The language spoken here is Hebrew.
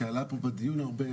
כי עלה פה בדיון הרבה,